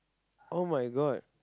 [oh]-my-god